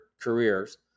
careers